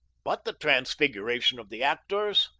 but the transfiguration of the actors,